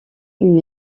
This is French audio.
une